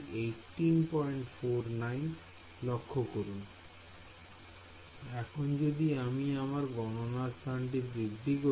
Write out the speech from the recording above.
Student এখন যদি আমি আমার গণনার স্থানটিকে বৃদ্ধি করি